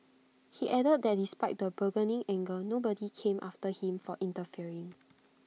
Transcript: he added that despite the burgeoning anger nobody came after him for interfering